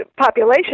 population